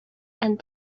and